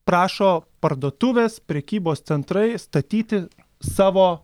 prašo parduotuvės prekybos centrai statyti savo